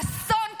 אסון כזה,